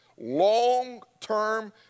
long-term